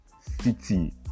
city